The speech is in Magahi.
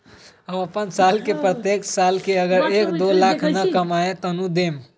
हम अपन साल के प्रत्येक साल मे अगर एक, दो लाख न कमाये तवु देम?